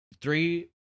three